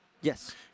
Yes